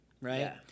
right